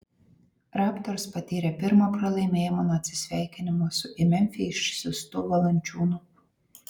raptors patyrė pirmą pralaimėjimą nuo atsisveikinimo su į memfį išsiųstu valančiūnu